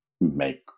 make